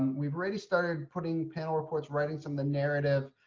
we've already started putting panel reports, writing some the narrative.